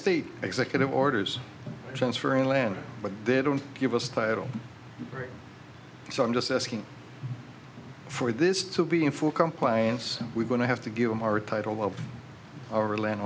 state executive orders transfer in land but they don't give us title so i'm just asking for this to be in full compliance we're going to have to give them our title o